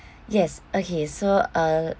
yes okay so uh